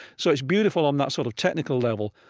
so it's beautiful on that sort of technical level,